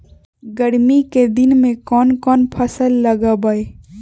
गर्मी के दिन में कौन कौन फसल लगबई?